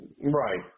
Right